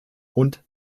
und